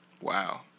Wow